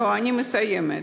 אני מסיימת.